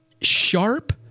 sharp